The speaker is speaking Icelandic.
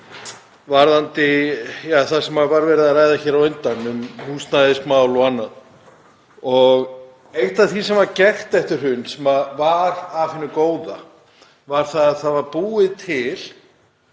varðandi það sem var verið að ræða hér á undan um húsnæðismál og annað. Eitt af því sem var gert eftir hrun, sem var af hinu góða, var að búinn var til